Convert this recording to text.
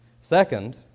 Second